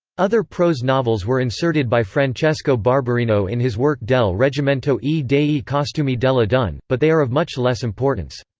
other prose novels were inserted by francesco barberino in his work del reggimento e dei costumi delle donne, but they are of much less importance.